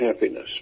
Happiness